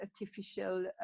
artificial